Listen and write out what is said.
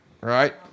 right